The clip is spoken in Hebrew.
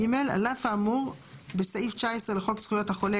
(ג) על אף האמור בסעיף 19 לחוק זכויות החולה,